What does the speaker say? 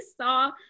saw